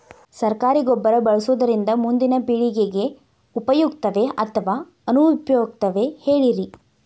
ಸರಕಾರಿ ಗೊಬ್ಬರ ಬಳಸುವುದರಿಂದ ಮುಂದಿನ ಪೇಳಿಗೆಗೆ ಉಪಯುಕ್ತವೇ ಅಥವಾ ಅನುಪಯುಕ್ತವೇ ಹೇಳಿರಿ